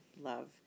love